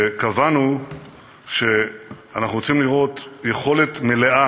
קבענו שאנחנו רוצים לראות יכולת מלאה